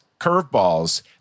curveballs